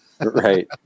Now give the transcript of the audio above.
Right